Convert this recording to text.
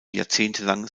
jahrzehntelang